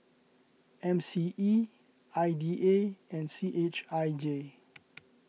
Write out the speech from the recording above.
M C E I D A and C H I J